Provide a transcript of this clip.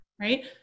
Right